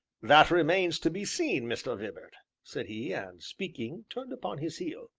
that remains to be seen, mr. vibart, said he, and speaking, turned upon his heel.